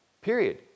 Period